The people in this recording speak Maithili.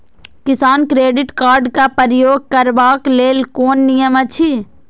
किसान क्रेडिट कार्ड क प्रयोग करबाक लेल कोन नियम अछि?